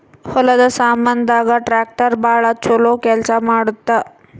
ಹೊಲದ ಸಾಮಾನ್ ದಾಗ ಟ್ರಾಕ್ಟರ್ ಬಾಳ ಚೊಲೊ ಕೇಲ್ಸ ಮಾಡುತ್ತ